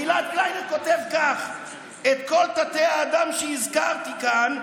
גלעד קליינר כותב כך: את כל תתי-האדם שהזכרתי כאן,